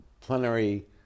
plenary